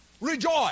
Rejoice